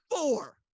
four